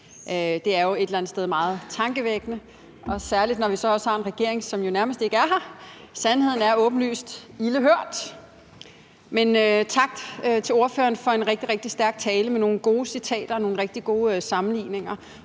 Det er jo et eller andet sted meget tankevækkende, særlig når vi så også har en regering, som jo nærmest ikke er her. Sandheden er åbenlyst ilde hørt. Men tak til ordføreren for en rigtig, rigtig stærk tale med nogle gode citater og nogle rigtig gode sammenligninger.